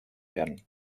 werden